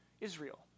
Israel